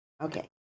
okay